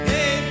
Hey